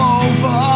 over